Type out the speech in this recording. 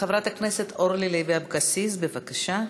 חברת הכנסת אורלי לוי אבקסיס, בבקשה.